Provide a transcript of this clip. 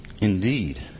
Indeed